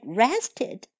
rested